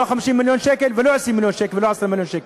לא 50 מיליון שקל ולא 20 מיליון שקל ולא 20,000 שקל.